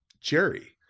Jerry